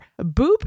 Boop